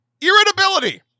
irritability